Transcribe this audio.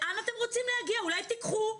אולי תיקחו,